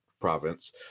province